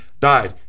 died